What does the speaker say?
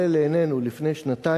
אדוני היושב-ראש,